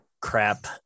crap